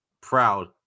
Proud